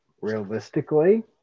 realistically